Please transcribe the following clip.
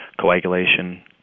coagulation